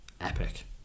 epic